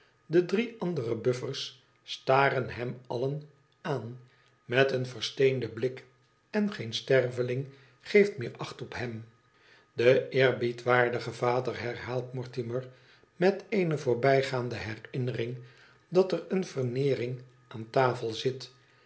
de drie andere buffers staren hem allen aan meteen versteenden blik en geen sterveling geeft meer acht op hem de eerbiedwaardige vader herhaalt mortimer met eene voorbijgaande herinnering dat er een veneering aan tafel zit